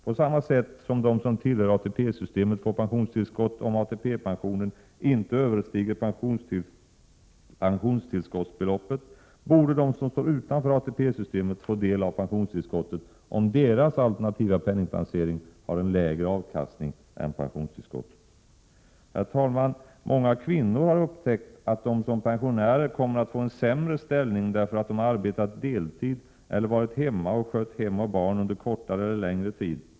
På samma sätt som de som tillhör ATP-systemet får pensionstillskott om ATP-pensionen inte överstiger pensionstillskottsbeloppet, borde de som står utanför ATP systemet få del av pensionstillskottet, om deras alternativa penningplacering har en lägre avkastning än pensionstillskottet. Herr talman! Många kvinnor har upptäckt att de som pensionärer kommer att få en sämre ställning därför att de arbetat deltid eller varit hemma och skött hem och barn under kortare eller längre tid.